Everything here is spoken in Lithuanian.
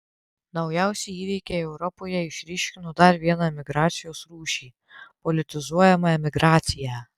naujausi įvykiai europoje išryškino dar vieną emigracijos rūšį politizuojamą emigraciją